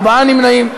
ארבעה נמנעים.